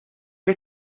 que